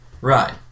Right